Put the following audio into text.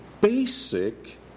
basic